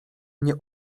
nie